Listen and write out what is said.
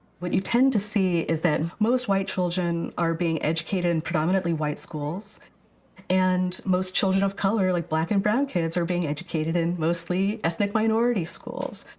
what you tend to see is that most white children are being educated in predominantly white schools and most children of color like black and brown kids are being educated in mostly ethnic minority schools.